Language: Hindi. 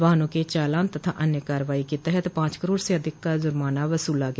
वाहनों के चालान तथा अन्य कार्रवाई के तहत पांच करोड़ से अधिक का जुर्माना वसूला गया